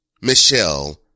michelle